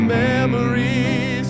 memories